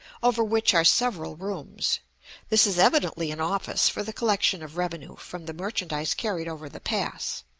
over which are several rooms this is evidently an office for the collection of revenue from the merchandise carried over the pass.